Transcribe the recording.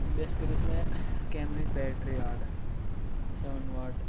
بیٚیہِ ٲسۍ کٔر مٔژ مےٚ کیمرٕچ بیٹری آرڈَر سٮ۪وَن واٹ